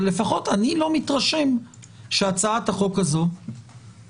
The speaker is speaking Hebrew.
אבל לפחות אני לא מתרשם שהצעת החוק הזו מבצעת